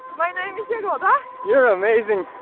my name is jagoda. you're amazing!